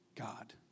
God